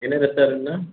என்ன ரெஸ்டாரன்ட்டுண்ணா